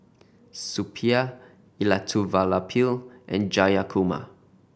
Suppiah Elattuvalapil and Jayakumar